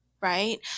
right